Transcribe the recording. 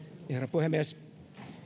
puhemies